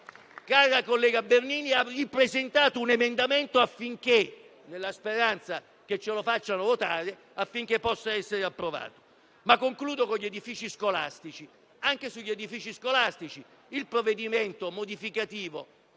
cara collega Bernini, ha ripresentato un emendamento, nella speranza che ce lo facciano votare e possa essere approvato. Ma concludo con la questione degli edifici scolastici. Anche sugli edifici scolastici il provvedimento modificativo